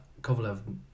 kovalev